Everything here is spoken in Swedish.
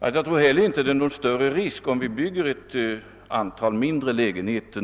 att jag inte tror att det är någon risk, om vi nu bygger ett antal mindre lägenheter.